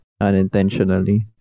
unintentionally